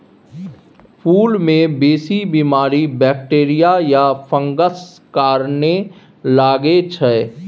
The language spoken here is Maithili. फुल मे बेसी बीमारी बैक्टीरिया या फंगसक कारणेँ लगै छै